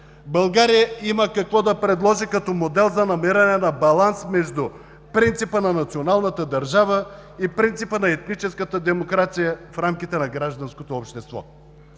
България има какво да предложи като модел за намиране на баланс между принципа на националната държава и принципа на етническата демокрация в рамките на гражданското общество.